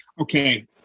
Okay